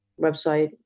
website